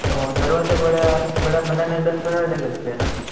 तो दरवाजा बड़ा बड़ा बनाने में दस पन्द्रह दिन लगते है न